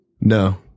No